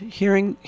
hearing